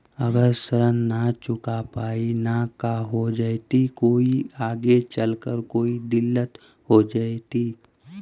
अगर ऋण न चुका पाई न का हो जयती, कोई आगे चलकर कोई दिलत हो जयती?